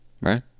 right